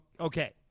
Okay